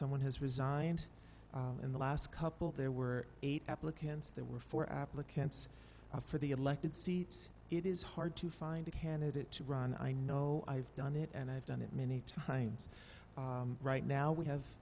someone has resigned in the last couple there were eight applicants there were four applicants for the elected seats it is hard to find a candidate to run i know i've done it and i've done it many times right now we have